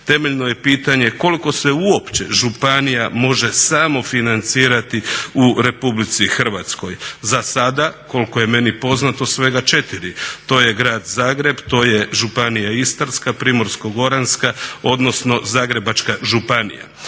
temeljno je pitanje koliko se uopće županija može samofinancirati u RH? Za sada koliko je meni poznato svega 4, to je grad Zagreb, to je županija Istarska, Primorsko-goranska odnosno Zagrebačka županija.